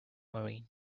marine